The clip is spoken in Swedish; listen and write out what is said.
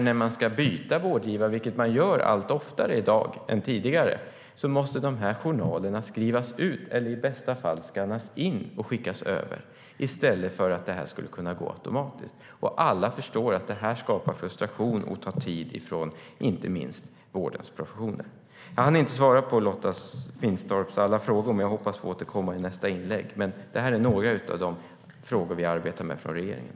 När man ska byta vårdgivare, vilket man gör allt oftare i dag än tidigare, måste journalerna skrivas ut eller i bästa fall skannas in och skickas över, i stället för att det går automatiskt. Alla förstår att det skapar frustration och tar tid från inte minst vårdens professioner. Jag hann inte svara på Lotta Finstorps alla frågor, men jag hoppas få återkomma i nästa inlägg. Men det här är några av de frågor vi arbetar med i regeringen.